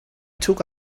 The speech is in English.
took